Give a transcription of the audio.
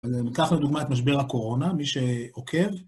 אני אקח לדוגמא את משבר הקורונה, מי שעוקב.